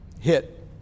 hit